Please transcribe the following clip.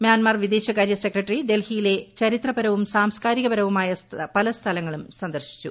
മ്യാന്റ്മ്ർ ് വിദേശകാര്യ സെക്രട്ടറി ഡൽഹിയിലെ ചരിത്രപരവും സാംസ്കാരിക പരവുമായ പലസ്ഥലങ്ങളും സന്ദർശിച്ചു